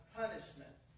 punishment